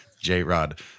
J-Rod